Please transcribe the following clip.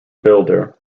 builder